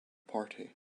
party